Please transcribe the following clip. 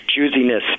choosiness